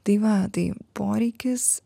tai va tai poreikis